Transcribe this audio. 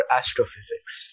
astrophysics